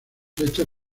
hechas